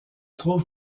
trouve